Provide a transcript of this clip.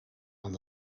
aan